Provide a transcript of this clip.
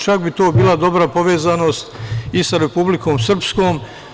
Čak bi to bila dobra povezanost i sa Republikom Srpskom.